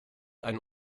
einen